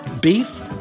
beef